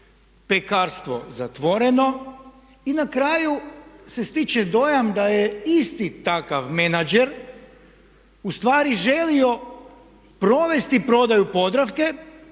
pekarstvo zatvoreno i na kraju se stječe dojam da je isti takav menadžer ustvari želio provesti prodaju Podravke